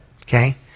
Okay